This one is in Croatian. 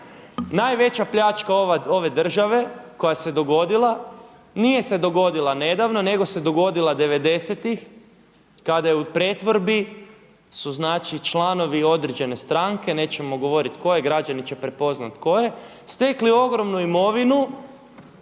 najveća pljačka ove države koja se dogodila, nije se dogodila nedavno nego se dogodila devedesetih kada je su u pretvorbi su članovi određene stranke, nećemo govoriti koje, građani će prepoznati koje, stekli ogromnu imovinu